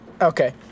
Okay